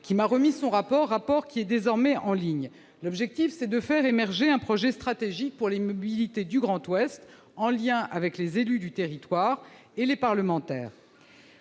qui m'a remis son rapport, lequel est désormais en ligne. L'objectif c'est de faire émerger un projet stratégique pour les mobilités du Grand Ouest, en lien avec les élus du territoire et les parlementaires.